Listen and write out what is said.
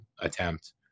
attempt